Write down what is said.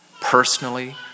personally